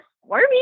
squirmy